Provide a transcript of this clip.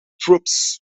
troops